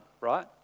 right